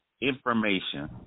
information